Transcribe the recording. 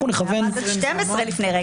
נכוון ל-12 משתתפים.